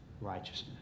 righteousness